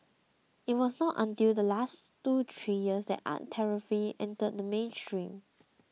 it was not until the last two three years that art therapy entered the mainstream